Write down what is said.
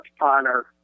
honor